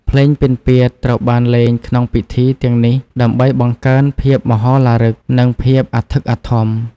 ភ្លេងពិណពាទ្យត្រូវបានលេងក្នុងពិធីទាំងនេះដើម្បីបង្កើនភាពមហោឡារឹក និងភាពអធិកអធម។